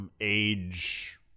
age